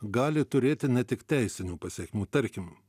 gali turėti ne tik teisinių pasekmių tarkim